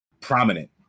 prominent